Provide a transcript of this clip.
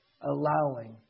allowing